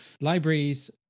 libraries